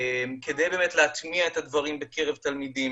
כדי להטמיע את הדברים בקרב תלמידים.